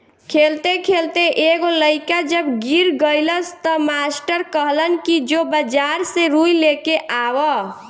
खेलते खेलते एगो लइका जब गिर गइलस त मास्टर कहलन कि जो बाजार से रुई लेके आवा